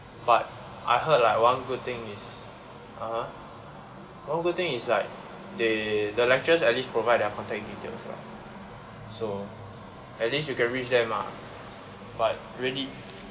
but I heard like one good thing is (uh huh) one good thing is like they the lecturers at least provide their contact details so at least you can reach them lah but really